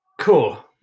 cool